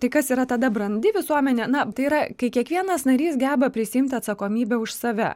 tai kas yra tada brandi visuomenė na tai yra kai kiekvienas narys geba prisiimt atsakomybę už save